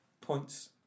points